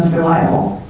reliable.